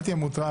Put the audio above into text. אל תהיה מוטרד.